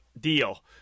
deal